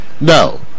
No